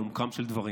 לעומקם של דברים.